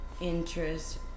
interest